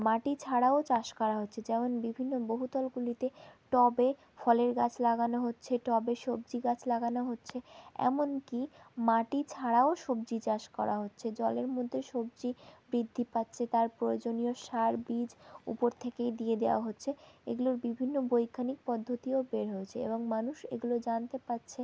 মাটি ছাড়াও চাষ করা হচ্ছে যেমন বিভিন্ন বহুতলগুলিতে টবে ফলের গাছ লাগানো হচ্ছে টবে সবজি গাছ লাগানো হচ্ছে এমন কি মাটি ছাড়াও সবজি চাষ করা হচ্ছে জলের মধ্যে সবজি বৃদ্ধি পাচ্ছে তার প্রয়োজনীয় সার বীজ উপর থেকেই দিয়ে দেয়া হচ্ছে এগুলোর বিভিন্ন বৈজ্ঞানিক পদ্ধতিও বের হয়েছে এবং মানুষ এগুলো জানতে পারছে